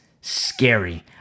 scary